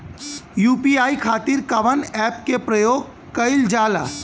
UPI खातीर कवन ऐपके प्रयोग कइलजाला?